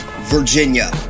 Virginia